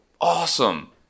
awesome